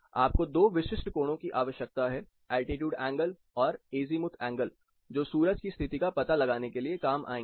आपको दो विशिष्ट कोणों की आवश्यकता है एल्टीट्यूड एंगल और अज़ीमुथ एंगलजो सूरज की स्थिति का पता लगाने के लिए काम आएंगे